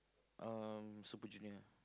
um Super-Junior